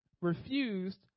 refused